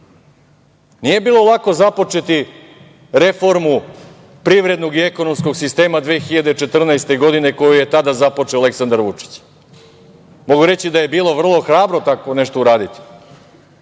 ih? Nije bilo lako započeti reformu privrednog i ekonomskog sistema 2014. godine, koju je tada započeo Aleksandar Vučić. Mogu reći da je bilo vrlo hrabro tako nešto uraditi.